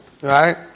Right